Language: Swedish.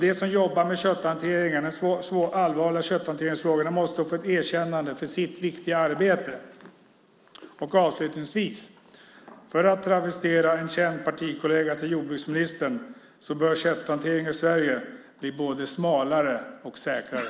De som jobbar med de så allvarliga kötthanteringsfrågorna måste få erkännande för sitt viktiga arbete. För att travestera en känd partikollega till jordbruksministern: Kötthanteringen i Sverige bör bli både smalare och säkrare.